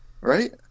right